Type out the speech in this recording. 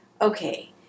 okay